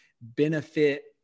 benefit